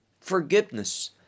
forgiveness